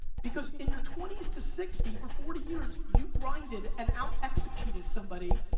because in your twenties to sixty, for forty years, you grinded and out-executed somebody,